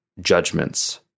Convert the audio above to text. judgments